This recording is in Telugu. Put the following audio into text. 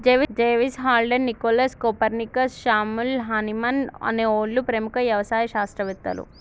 జెవిస్, Haldane, Nicholas, Copernicus, Samuel Hahnemann అనే ఓళ్ళు ప్రముఖ యవసాయ శాస్త్రవేతలు